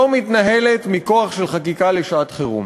שלא מתנהלת מכורח של חקיקה לשעת-חירום.